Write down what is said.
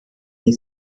die